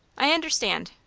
i understand.